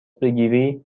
بگیری